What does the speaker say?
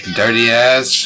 dirty-ass